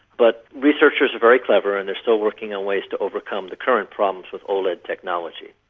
but researchers are very clever and they are still working on ways to overcome the current problems with oled technology.